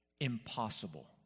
impossible